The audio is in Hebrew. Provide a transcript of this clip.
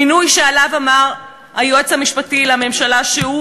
מינוי שעליו אמר היועץ המשפטי לממשלה שהוא,